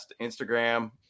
Instagram